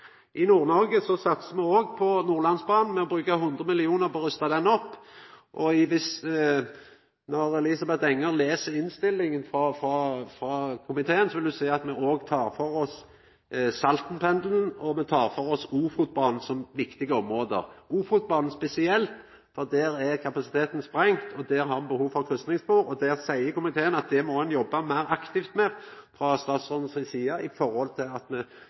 rusta han opp. Dersom Elisabeth Enger les innstillinga frå komiteen, vil ho sjå at me òg tek for oss Saltenpendelen og Ofotbanen som viktige område – spesielt Ofotbanen, for der er kapasiteten sprengd, og der har me behov for kryssingsspor. Der seier komiteen at det må ein jobba meir aktivt med frå statsråden si side for eventuelt å få til